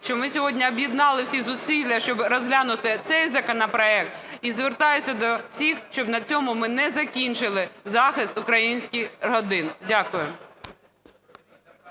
що ми сьогодні об'єднали всі зусилля, щоб розглянути цей законопроект, і звертаюся до всіх, щоб на цьому ми не закінчили захист українських родин. Дякую.